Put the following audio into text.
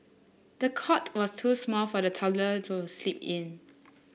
the cot was too small for the toddler to sleep in